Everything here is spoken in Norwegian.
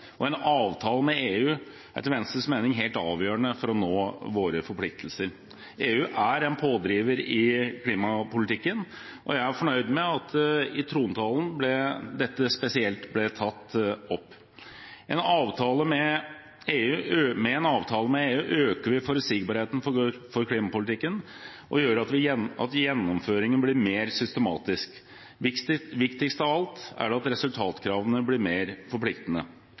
og en avtale med EU er etter Venstres mening helt avgjørende for å nå våre forpliktelser. EU er en pådriver i klimapolitikken. Jeg er fornøyd med at dette spesielt ble tatt opp i trontalen. Med en avtale med EU øker vi forutsigbarheten for klimapolitikken og gjør gjennomføringen mer systematisk. Viktigst av alt er det at resultatkravene blir mer forpliktende.